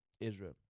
israel